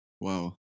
Wow